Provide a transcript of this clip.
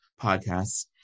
podcasts